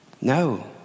No